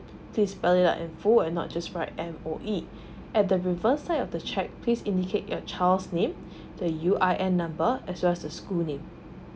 please bold it up in full and not just write M_O_E and the reverse side of the cheque please indicate your child's name the U_R_L number as well as the school name